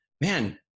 man